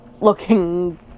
looking